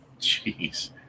Jeez